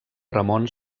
ramon